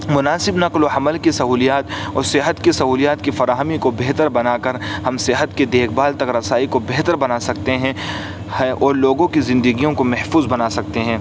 مناسب نقل و حمل کی سہولیات اور صحت کی سہولیات کی فراہمی کو بہتر بنا کر ہم صحت کی دیکھ بھال تک رسائی کو بہتر بنا سکتے ہیں ہے اور لوگوں کی زندگیوں کو محفوظ بنا سکتے ہیں